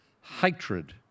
hatred